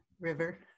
river